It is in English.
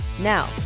Now